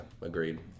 agreed